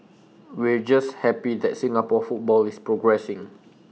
we're just happy that Singapore football is progressing